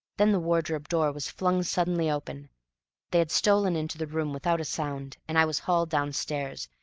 then the wardrobe door was flung suddenly open they had stolen into the room without a sound and i was hauled downstairs,